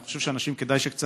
אני חושב שכדאי שאנשים קצת